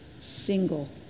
single